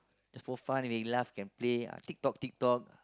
for fun only laugh can play ah tick tock tick tock